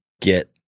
get